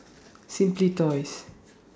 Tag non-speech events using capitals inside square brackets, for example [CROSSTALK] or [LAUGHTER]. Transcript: [NOISE] Simply Toys